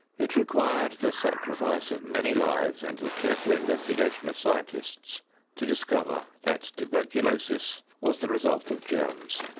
it required the sacrifice of many lives and the careful investigation of scientists to discover that tuberculosis was the result of germs,